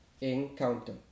encounter